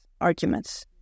arguments